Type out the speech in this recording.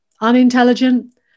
Unintelligent